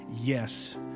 yes